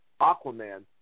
Aquaman